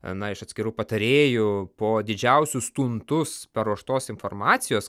ana iš atskirų patarėjų po didžiausius tuntus paruoštos informacijos